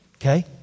okay